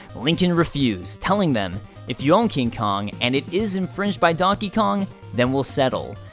lincoln refused, telling them if you own king kong and it is infringed by donkey kong, then we'll settle.